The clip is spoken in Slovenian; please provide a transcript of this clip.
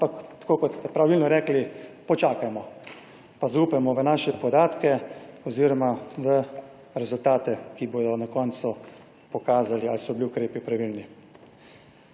tako kot ste pravilno rekli počakajmo pa zaupajmo v naše podatke oziroma v rezultate, ki bodo na koncu pokazali ali so bili ukrepi pravilni.